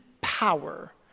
power